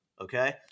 Okay